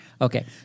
Okay